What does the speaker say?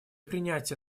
принятия